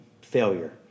failure